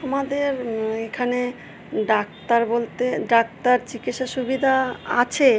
আমাদের এখানে ডাক্তার বলতে ডাক্তার চিকিৎসার সুবিধা আছে